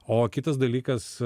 o kitas dalykas